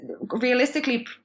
realistically